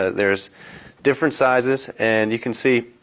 ah there're different sizes and you can see